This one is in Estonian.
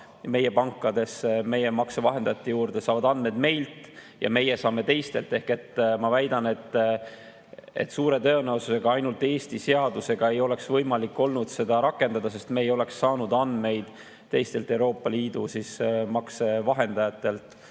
meie pankadesse, meie maksevahendajate juurde, saavad andmed meilt, ja meie saame teistelt. Ma väidan, et suure tõenäosusega ainult Eesti seadusega ei oleks võimalik olnud seda rakendada, sest me ei oleks saanud andmeid teistelt Euroopa Liidu maksevahendajatelt.